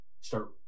start